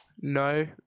no